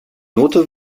note